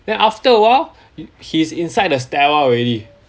then after a while it he's inside the stairwell already